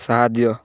ସାହାଯ୍ୟ